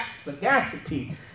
sagacity